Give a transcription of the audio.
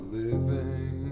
living